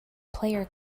player